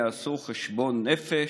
יעשו חשבון נפש,